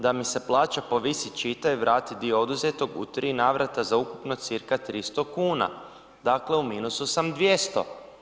Da mi se plaća povisi, čitaj, vrati dio oduzetog u 3 navrata za ukupno cca 300 kn. dakle, u minusu sam 200.